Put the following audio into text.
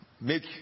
make